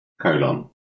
colon